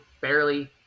barely